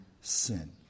sin